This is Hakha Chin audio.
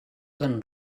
kan